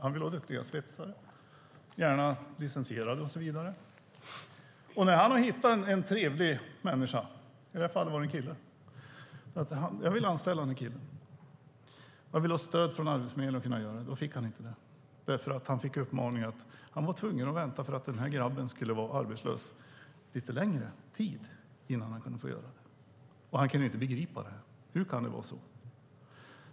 Han vill ha duktiga svetsare, och gärna licensierade. Han hade hittat en trevlig människa - i det här fallet var det en kille - och sade: Jag vill anställa den här killen. När han ville ha stöd från Arbetsförmedlingen för att kunna göra det fick han inte det. Han var tvungen att vänta för att grabben skulle vara arbetslös lite längre tid innan han kunde få göra det. Han kunde inte begripa det. Hur kan det vara så?